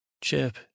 Chip